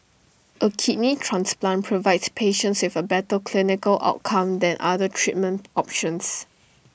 A kidney transplant provides patients with A better clinical outcome than other treatment options